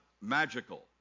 magical